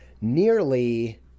nearly